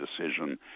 decision